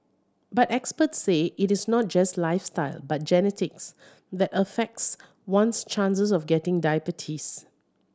but experts say it is not just lifestyle but genetics that affects one's chances of getting diabetes